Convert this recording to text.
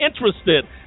interested